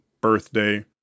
birthday